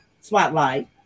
Spotlight